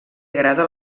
agrada